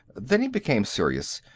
then he became serious.